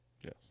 Yes